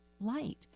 light